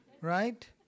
right